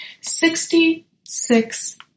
Sixty-six